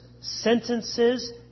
sentences